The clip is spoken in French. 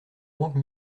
banques